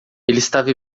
estava